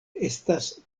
estas